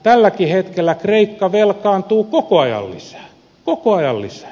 tälläkin hetkellä kreikka velkaantuu koko ajan lisää koko ajan lisää